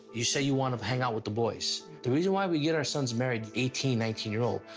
you say you wanna hang out with the boys. the reason why we get our sons married eighteen nineteen year old,